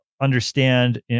understand